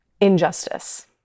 injustice